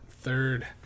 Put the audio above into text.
third